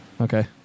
Okay